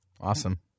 awesome